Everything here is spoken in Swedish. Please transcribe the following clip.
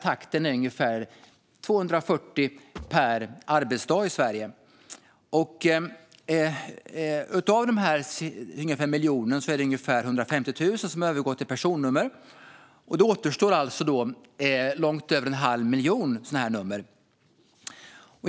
Takten är ungefär 240 samordningsnummer per arbetsdag. Av dessa 1 miljon samordningsnummer är det ungefär 150 000 som har övergått till att bli personnummer. Då återstår alltså långt över en halv miljon nummer.